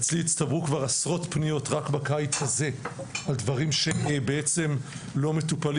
אצלי הצטברו כבר עשרות פניות רק בקיץ הזה על דברים שלא מטופלים.